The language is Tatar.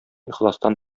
ихластан